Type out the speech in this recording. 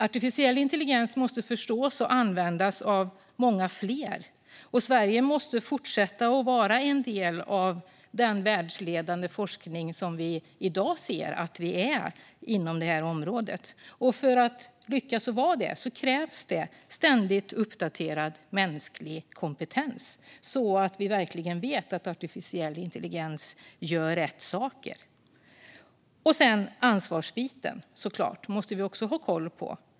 Artificiell intelligens måste förstås och användas av många fler, och Sverige måste fortsätta att vara en del av den världsledande forskningen, som vi i dag ser att vi är inom detta område. För att vi ska lyckas med detta krävs det ständigt uppdaterad mänsklig kompetens, så att vi verkligen vet att artificiell intelligens gör rätt saker. Vi måste också ha koll på ansvarsbiten, såklart.